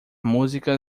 música